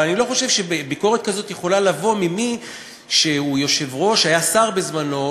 אבל אני לא חושב שביקורת כזאת יכולה לבוא ממי שהיה שר בזמנו,